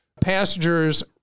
passengers